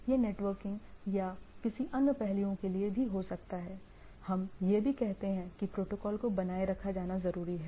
यह नेटवर्किंग या किसी अन्य पहलुओं के लिए भी हो सकता है हम यह भी कहते हैं कि प्रोटोकॉल को बनाए रखा जाना जरूरी है